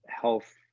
health